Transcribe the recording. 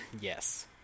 Yes